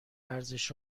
ارزش